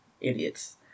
Idiots